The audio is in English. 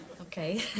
Okay